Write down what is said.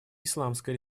исламская